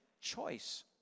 choice